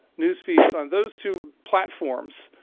newsfeeds from those two platforms,